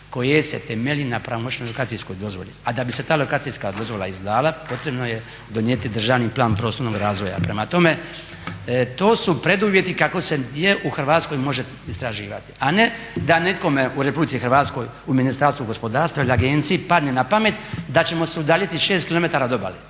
koje se temelji na pravomoćnoj lokacijskoj dozvoli. A da bi se ta lokacijska dozvola izdala potrebno je donijeti državni plan prostornog razvoja. Prema tome, to su preduvjeti kako se gdje u Hrvatskoj može istraživati, a ne da nekome u RH u Ministarstvu gospodarstva ili agenciji padne na pamet da ćemo se udaljiti 6 kilometara od obale.